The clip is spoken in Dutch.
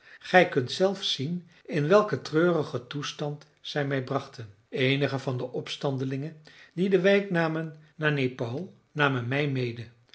gij kunt zelf zien in welken treurigen toestand zij mij brachten eenigen van de opstandelingen die de wijk namen naar nepaul namen mij mede